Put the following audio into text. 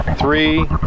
three